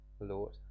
Lord